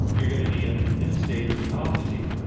you're going to be in ah in a state of autophagy.